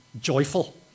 joyful